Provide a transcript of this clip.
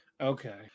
Okay